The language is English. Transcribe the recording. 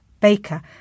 Baker